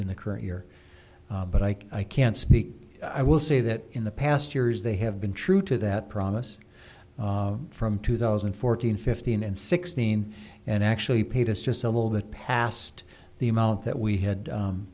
in the current year but i can't speak i will say that in the past years they have been true to that promise from two thousand and fourteen fifteen and sixteen and actually paid us just a little bit past the amount that we